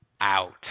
out